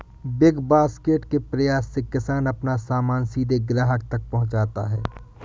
big Basket के प्रयास से किसान अपना सामान सीधे ग्राहक तक पहुंचाता है